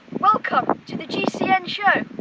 welcome to the gcn show.